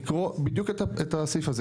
לקרוא בדיוק את הסעיף הזה,